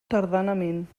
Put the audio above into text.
tardanament